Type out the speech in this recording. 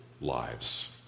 lives